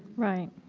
right,